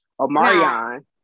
Omarion